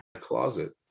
closet